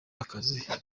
akazi